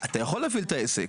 אתה יכול להפעיל את העסק,